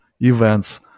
events